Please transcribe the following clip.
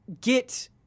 get